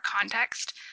context